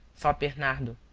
thought bernardo,